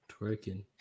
Twerking